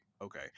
Okay